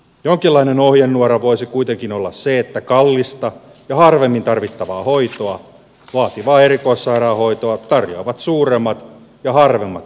jonkinlainen ohjenuora voisi kuitenkin olla se että kallista ja harvemmin tarvittavaa hoitoa vaativaa erikoissairaanhoitoa tarjoavat suuremmat ja harvemmat yksiköt